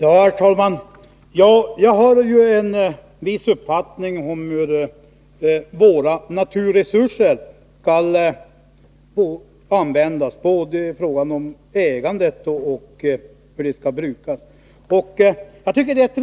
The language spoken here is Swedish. Herr talman! Jag har en viss uppfattning om hur våra naturresurser skall få användas. Det gäller både ägandet och brukandet.